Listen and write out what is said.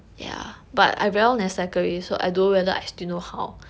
ya but I very long never cycle already so I don't know whether I still know how